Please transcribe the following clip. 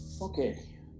okay